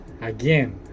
again